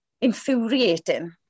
infuriating